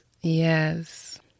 Yes